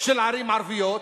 של ערים ערביות,